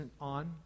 on